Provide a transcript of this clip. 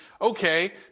okay